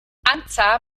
antza